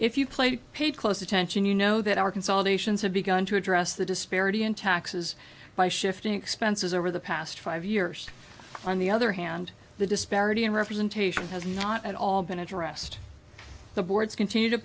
if you played paid close attention you know that our consolidations have begun to address the disparity in taxes by shifting expenses over the past five years on the other hand the disparity in representation has not at all been addressed the boards continue to